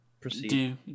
proceed